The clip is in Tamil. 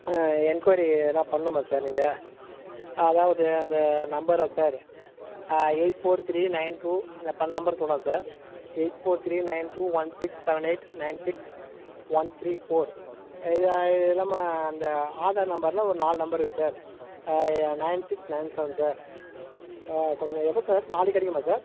என்கொய்ரி எதனா பண்ணணுமா சார் நீங்கள் அதாவது அந்த நம்பர் தான் sir eight four three nine two அந்த பன் நம்பர் சொல்கிறேன் sir eight four three nine two one six seven eight nine six one three four இது இது இல்லாமல் அந்த ஆதார் நம்பரில் ஒரு நாலு நம்பர் இருக்குது sir nine six nine seven sir கொஞ்சம் எப்போ சார் நாளைக்கு கிடைக்குமா சார்